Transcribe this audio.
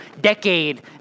decade